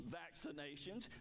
vaccinations